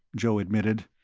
joe admitted.